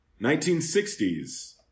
1960s